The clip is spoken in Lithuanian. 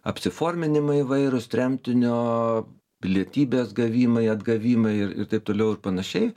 apsiforminimai įvairūs tremtinio pilietybės gavimai atgavimai ir ir taip toliau ir panašiai